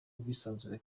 ubwisanzure